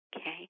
Okay